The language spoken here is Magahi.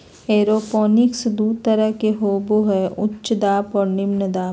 एरोपोनिक्स दू तरह के होबो हइ उच्च दबाव और निम्न दबाव